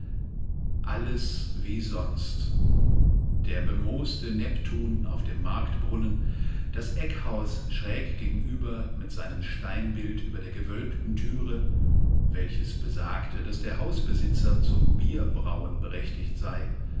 alles wie sonst der bemooste neptun auf dem marktbrunnen das eckhaus schräg gegenüber mit seinem steinbild über der gewölbten thüre welches besagte daß der hausbesitzer zum bierbrauen berechtigt sei